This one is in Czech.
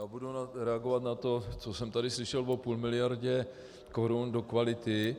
Já budu reagovat na to, co jsem tady slyšel o půl miliardě korun do kvality.